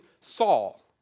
Saul